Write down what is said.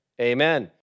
Amen